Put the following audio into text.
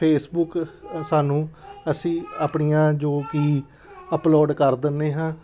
Facebook ਸਾਨੂੰ ਅਸੀਂ ਆਪਣੀਆਂ ਜੋ ਕਿ ਅਪਲੋਡ ਕਰ ਦਿੰਦੇ ਹਾਂ